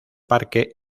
parque